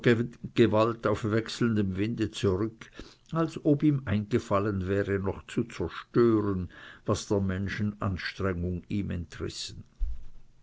gewalt auf wechselndem winde zurück als ob ihm eingefallen wäre noch zu zerstören was der menschen anstrengung ihm entrissen